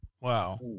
wow